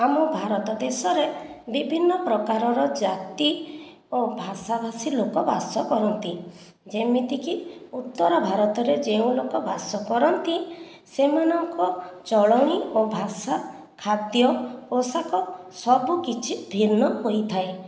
ଆମ ଭାରତ ଦେଶରେ ବିଭିନ୍ନ ପ୍ରକାରର ଜାତି ଓ ଭାଷାଭାଷୀ ଲୋକ ବାସ କରନ୍ତି ଯେମିତିକି ଉତ୍ତର ଭାରତରେ ଯେଉଁ ଲୋକ ବାସ କରନ୍ତି ସେମାନଙ୍କ ଚଳଣି ଓ ଭାଷା ଖାଦ୍ୟ ପୋଷାକ ସବୁ କିଛି ଭିନ୍ନ ହୋଇଥାଏ